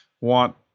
want